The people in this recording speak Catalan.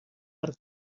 per